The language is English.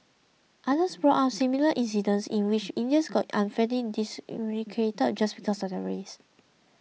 others brought up similar incidents in which Indians got unfairly discriminated just because of their race